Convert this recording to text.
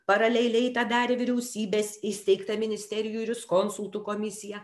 paraleliai tą darė vyriausybės įsteigta ministerijų juriskonsultų komisija